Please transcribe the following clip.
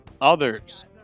others